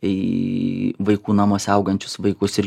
į vaikų namuose augančius vaikus ir